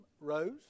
rose